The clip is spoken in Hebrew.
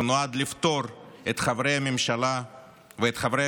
שנועד לפטור את חברי הממשלה ואת חברי